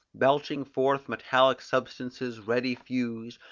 belching forth metallic substances ready fused,